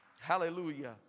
Hallelujah